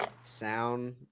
sound